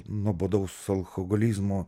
nuobodaus alkoholizmo